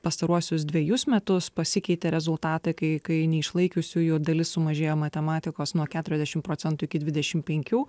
pastaruosius dvejus metus pasikeitė rezultatai kai kai neišlaikiusiųjų dalis sumažėjo matematikos nuo keturiasdešim procentų iki dvidešim penkių